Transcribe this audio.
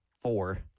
four